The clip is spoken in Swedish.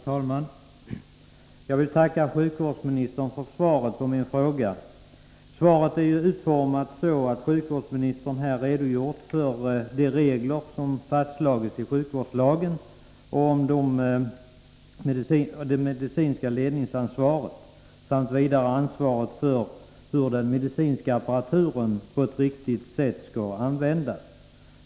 Herr talman! Jag vill tacka sjukvårdsministern för svaret på min fråga. Svaret är ju utformat så att sjukvårdsministern redogjort för de regler som fastslagits i sjukvårdslagen om det medicinska ledningsansvaret och ansvaret för hur den medicinska apparaturen på ett riktigt sätt skall användas.